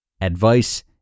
Advice